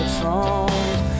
songs